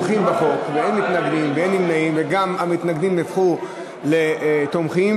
חובת מגורים כתנאי להתמודדות לראש רשות),